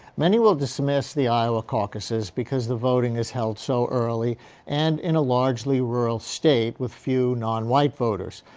many will dismiss the iowa caucuses because the voting is held so early and in a largely rural state with few non-white voters.